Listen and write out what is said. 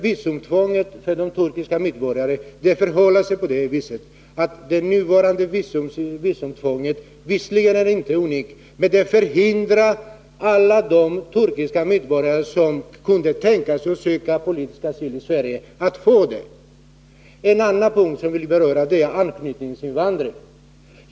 Visumtvånget för turkiska medborgare är visserligen inte unikt, men det hindrar alla de turkiska medborgare som kunde tänka sig att söka politisk asyl i Sverige från att göra det. En annan punkt som jag vill ta upp är anknytningsinvandringen.